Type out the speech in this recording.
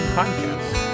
podcasts